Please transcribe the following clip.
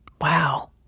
Wow